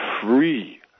free